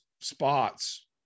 spots